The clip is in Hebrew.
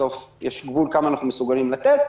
בסוף יש גבול לכמה אנחנו מסוגלים לתת.